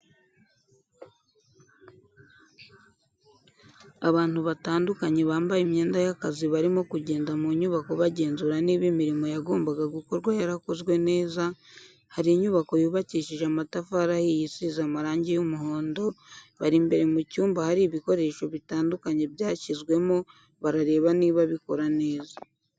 Abantu batandukanye bambaye imyenda y'akazi barimo kugenda mu nyubako bagenzura niba imirimo yagombaga gukorwa yarakozwe neza, hari inyubako yubakishije amatafari ahiye isize amarangi y'umuhondo, bari imbere mu cyumba ahari ibikoresho bitandukanye byashyizwemo barareba niba bikora neza.